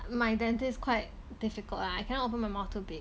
my dentist quite difficult lah I cannot open my mouth too big